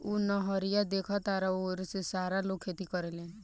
उ नहरिया देखऽ तारऽ ओकरे से सारा लोग खेती करेलेन